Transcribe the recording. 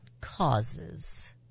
causes